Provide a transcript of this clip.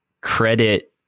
credit